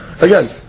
Again